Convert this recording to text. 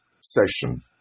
session